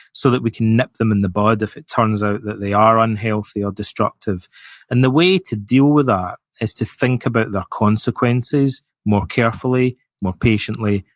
so that we can nip them in the bud if it turns ah that they are unhealthy or destructive and the way to deal with that is to think about the consequences more carefully, more patiently,